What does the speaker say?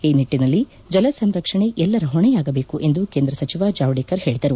ಈ ನಿಟ್ಟಿನಲ್ಲಿ ಜಲಸಂರಕ್ಷಣೆ ಎಲ್ಲರ ಹೊಣೆಯಾಗಬೇಕು ಎಂದು ಕೇಂದ್ರ ಸಚಿವ ಜಾವಡೇಕರ್ ಹೇಳಿದರು